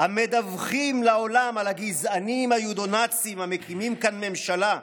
המדווחים לעולם על "הגזענים היודו-נאצים" המקימים כאן ממשלה,